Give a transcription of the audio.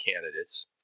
candidates